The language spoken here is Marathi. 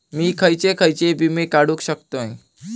मी खयचे खयचे विमे काढू शकतय?